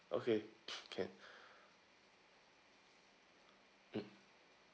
okay can mm